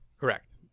Correct